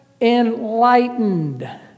enlightened